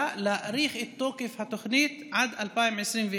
להאריך את תוקף התוכנית עד 2021,